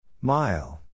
Mile